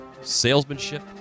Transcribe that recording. salesmanship